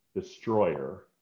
destroyer